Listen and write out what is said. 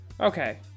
Okay